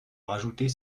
rajouter